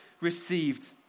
received